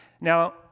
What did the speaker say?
Now